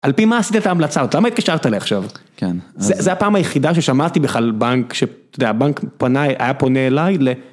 על פי מה עשית את ההמלצה הזאת, למה התקשרת אליי עכשיו? כן. זו הפעם היחידה ששמעתי בכלל בנק שהבנק פנה, היה פונה אליי.